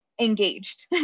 engaged